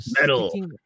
Metal